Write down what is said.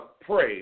pray